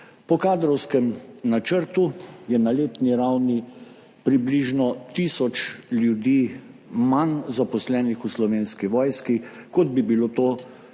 Po kadrovskem načrtu je na letni ravni približno tisoč ljudi manj zaposlenih v Slovenski vojski, kot bi bilo to